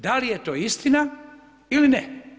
Da li je to istina ili ne?